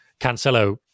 Cancelo